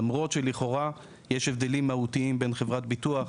למרות שלכאורה, יש הבדלים מהותיים בין חברת ביטוח,